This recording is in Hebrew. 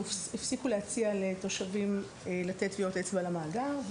הפסיקו להציע לתושבים לתת טביעות אצבע למאגר.